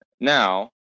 Now